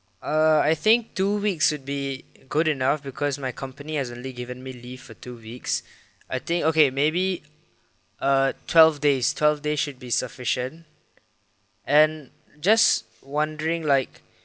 uh I think two weeks would be good enough because my company has only given me leave for two weeks I think okay maybe uh twelve days twelve days should be sufficient and just wondering like